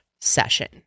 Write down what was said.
session